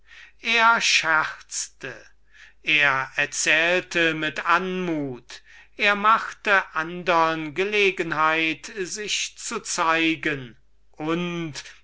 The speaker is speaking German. er scherzte er erzählte mit anmut er machte andern gelegenheit sich hören zu lassen und